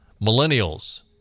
millennials